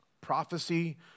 Prophecy